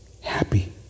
happy